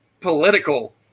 political